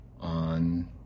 on